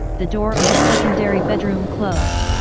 the door of the secondary bedroom closed.